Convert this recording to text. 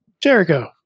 Jericho